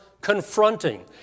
confronting